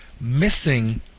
missing